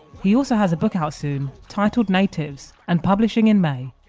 he also has a book out soon titled natives, and publishing in may